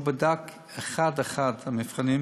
הוא בדק אחד-אחד את המבחנים